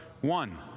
One